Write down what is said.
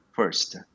First